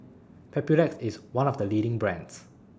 Papulex IS one of The leading brands